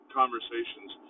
conversations